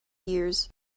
years